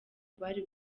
bari